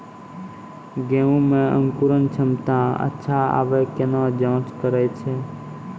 गेहूँ मे अंकुरन क्षमता अच्छा आबे केना जाँच करैय छै?